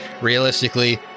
realistically